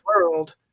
world